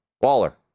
Waller